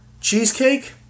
Cheesecake